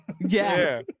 Yes